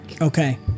Okay